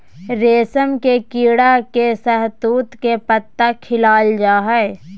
रेशम के कीड़ा के शहतूत के पत्ता खिलाल जा हइ